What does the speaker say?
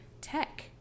tech